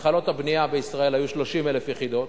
התחלות הבנייה בישראל היו 30,000 יחידות.